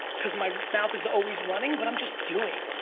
cos my mouth is always running, but i'm just doing.